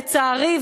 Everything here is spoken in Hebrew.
לצערי,